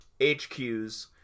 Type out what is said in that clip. HQs